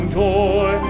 joy